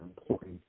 important